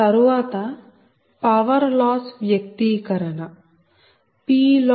తరువాత power loss వ్యక్తీకరణ PLoss0